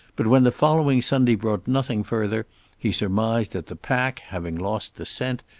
but when the following sunday brought nothing further he surmised that the pack, having lost the scent,